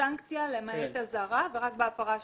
סנקציה למעט אזהרה ורק בהפרה השנייה.